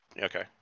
Okay